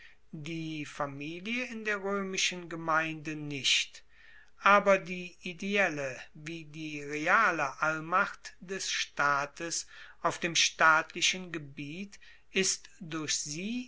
die familie in der roemischen gemeinde nicht aber die ideelle wie die reale allmacht des staates auf dem staatlichen gebiet ist durch sie